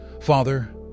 Father